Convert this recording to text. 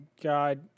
God